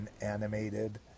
animated